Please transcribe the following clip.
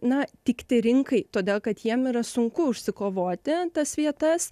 na tikti rinkai todėl kad jiem yra sunku užsikovoti tas vietas